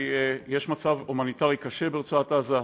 כי יש מצב הומניטרי קשה ברצועת עזה,